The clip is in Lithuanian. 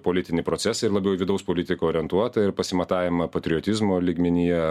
politinį procesą ir labiau į vidaus politiką orientuotą ir pasimatavimą patriotizmo lygmenyje